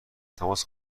تماس